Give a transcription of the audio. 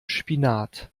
spinat